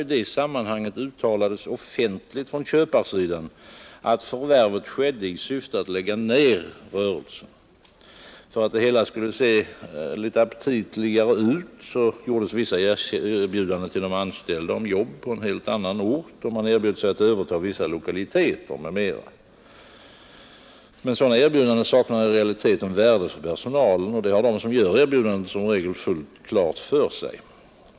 I det sammanhanget uttalades det offentligt från köparsidan att förvärvet skedde i syfte att lägga ned rörelsen. För att det hela skulle se litet aptitligare ut gjordes vissa erbjudanden till de anställda om jobb på en helt annan ort, och man erbjöd sig att överta vissa lokaliteter m.m. Men sådana erbjudanden saknar i realiteten värde för personalen, och det har den som gör erbjudandet i regel fullt klart för sig.